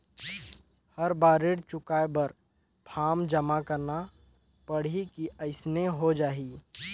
हर बार ऋण चुकाय बर फारम भरना पड़ही की अइसने हो जहीं?